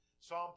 Psalm